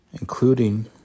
including